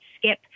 skip